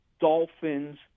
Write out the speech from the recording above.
Dolphins